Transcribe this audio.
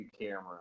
camera